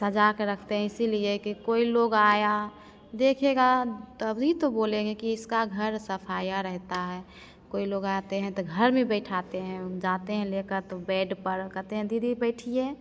सजा कर रखते हैं इसिलिए की कोई लोग आया देखेगा तभी तो बोलेंगे की इसका घर सफाया रहता है कोई लोग आते हैं तो घर में बैठाते हैं जाते है लेकर तो बेड पर कहते हैं दीदी बैठिए